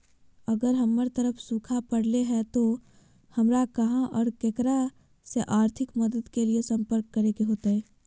अगर हमर तरफ सुखा परले है तो, हमरा कहा और ककरा से आर्थिक मदद के लिए सम्पर्क करे होतय?